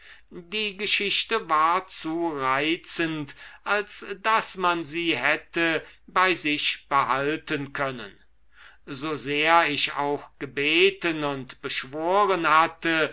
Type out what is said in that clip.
die geschichte war zu reizend als daß man sie hätte bei sich behalten können so sehr ich auch gebeten und beschworen hatte